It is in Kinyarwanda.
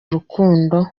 urukundo